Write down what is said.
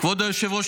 --- כבוד היושב-ראש,